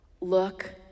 Look